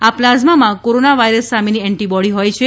આ પ્લાઝમામાં corona virus સામેની એન્ટીબોડી હોય છે